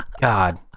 god